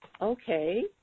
okay